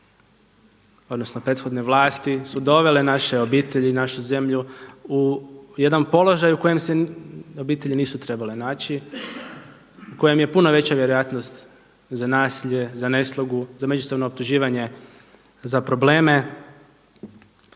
odnosno prethodne vlasti su dovele naše obitelji i našu zemlju u jedan položaj u kojem se obitelji nisu trebale naći, u kojem je puno veća vjerojatnost za nasilje, za neslogu, za međusobno optuživanje, za probleme